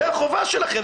זו החובה שלכם.